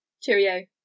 Cheerio